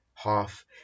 half